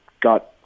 got